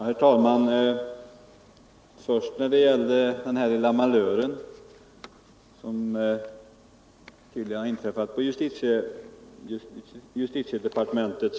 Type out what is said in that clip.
Herr talman! Jag accepterar gärna statsrådet Lidboms förklaring när det gäller den lilla malör som tydligen inträffade på justitiedepartementet.